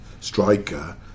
striker